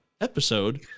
episode